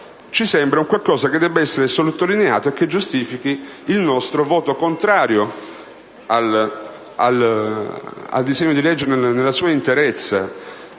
ci sembra un qualcosa da sottolineare e che giustifica il nostro voto contrario al decreto-legge nella sua interezza.